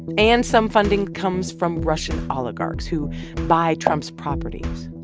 and some funding comes from russian oligarchs who buy trump's properties.